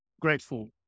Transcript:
grateful